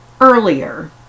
earlier